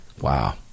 Wow